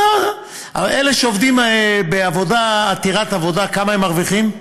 אלה שעובדים בעבודה עתירת עבודה, כמה הם מרוויחים?